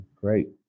Great